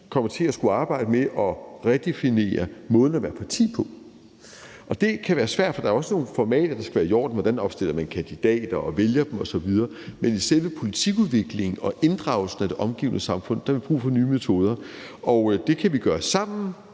kommer til at skulle arbejde med at redefinere måden at være parti på. Det kan være svært, for der er også noget formalia, vi skal have i orden, altså hvordan man opstiller kandidater og vælger dem osv., men i selve politikudviklingen og inddragelsen af det omgivende samfund har vi brug for nye metoder. Det kan vi gøre sammen